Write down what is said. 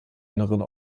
inneren